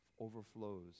overflows